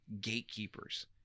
gatekeepers